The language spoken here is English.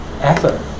effort